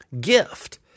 gift